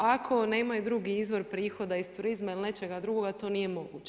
Ako nemaju drugi izvor prihoda iz turizma ili nečega drugoga to nije moguće.